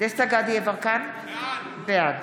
דסטה גדי יברקן, בעד